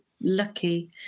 lucky